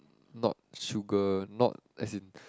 not sugar not as in